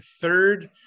third